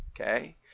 okay